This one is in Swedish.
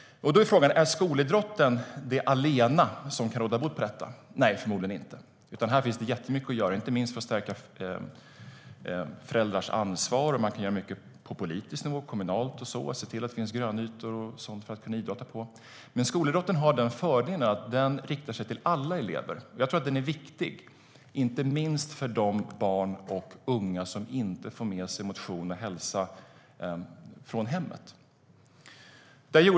Då är frågan: Är skolidrotten det som allena kan råda bot på detta? Nej, förmodligen inte, utan det finns jättemycket att göra här, inte minst för att stärka föräldrars ansvar. Man kan göra mycket på politisk nivå, kommunalt, som att se till att det finns grönytor för att kunna idrotta på. Men skolidrotten har den fördelen att den riktar sig till alla elever. Jag tror att den är viktig, inte minst för de barn och unga som inte får med sig motion och hälsa från hemmet.